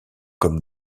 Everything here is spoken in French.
comme